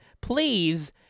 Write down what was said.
please